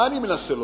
מה אני מנסה לומר?